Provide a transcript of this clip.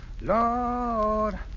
lord